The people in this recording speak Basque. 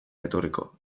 etorriko